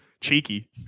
cheeky